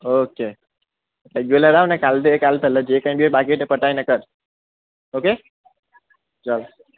okay regular આવ ને કાલે જે કાલ જે કઈ બી બાકી છે તે પતાવીને કર ઓકે ચાલ